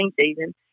season